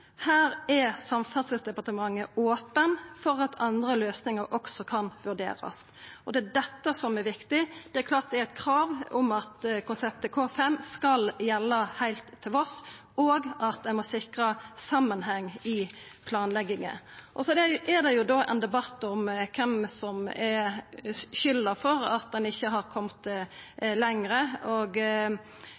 her er Samferdselsdepartementet åpen for at andre løsninger også kan vurderes.» Det er dette som er viktig. Det er klart det er eit krav om at konseptet K5 skal gjelda heilt til Voss, og at ein må sikra samanheng i planlegginga. Så er det jo ein debatt om kven som har skylda for at ein ikkje har